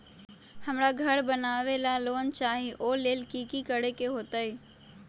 हमरा घर बनाबे ला लोन चाहि ओ लेल की की करे के होतई?